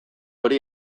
hori